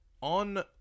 on